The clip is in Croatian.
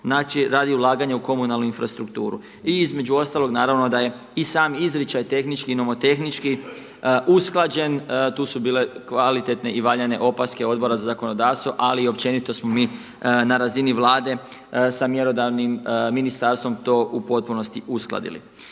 znači radi ulaganja u komunalnu infrastrukturu i između ostalog naravno da je i sam izričaj tehnički i nomotehnički usklađen. Tu su bile kvalitetne i valjane opaske Odbora za zakonodavstvo ali i općenito smo mi na razini Vlade sa mjerodavnim ministarstvom to u potpunosti uskladili.